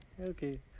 Okay